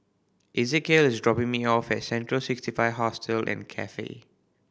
Ezekiel is dropping me off at Central Sixty Five Hostel and Cafe